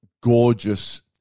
gorgeous